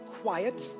quiet